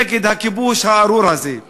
נגד הכיבוש הארור הזה.